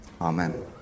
Amen